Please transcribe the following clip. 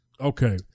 Okay